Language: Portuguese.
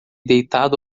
deitado